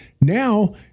Now